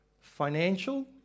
Financial